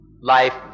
Life